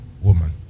woman